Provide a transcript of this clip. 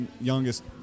youngest